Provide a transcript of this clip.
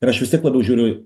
ir aš vis tiek labiau žiūriu